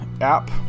app